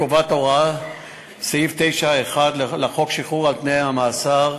קובעת הוראת סעיף 9(1) לחוק שחרור על-תנאי ממאסר,